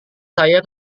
saya